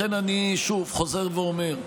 לכן אני חוזר ואומר: